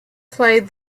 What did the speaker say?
played